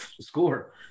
score